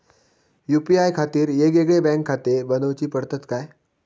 UPI खातीर येगयेगळे बँकखाते बनऊची पडतात काय?